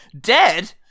Dead